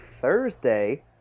Thursday